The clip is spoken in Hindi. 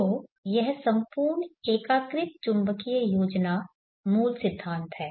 तो यह संपूर्ण एकीकृत चुंबकीय योजना मूल सिद्धांत है